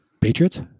Patriots